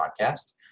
Podcast